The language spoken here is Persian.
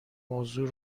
موضوع